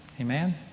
Amen